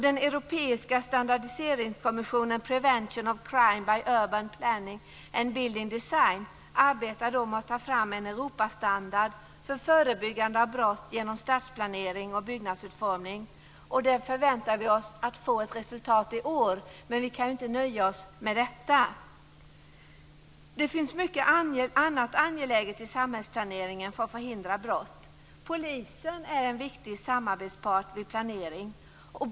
Den europeiska standardiseringskommittén Prevention of Crime by Urban Planning and Building Design arbetar med att ta fram en Europastandard för förebyggande av brott genom stadsplanering och byggnadsutformning. Vi förväntar oss att få ett resultat i år. Men vi kan inte nöja oss med detta. Det finns mycket annat angeläget i samhällsplaneringen för att förhindra brott. Polisen är en viktig samarbetspart vid planering.